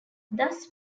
thus